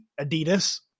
Adidas